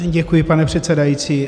Děkuji, pane předsedající.